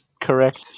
Correct